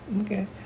Okay